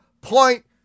Point